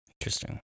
Interesting